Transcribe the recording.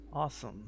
Awesome